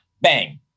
Bang